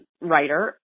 writer